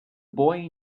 boy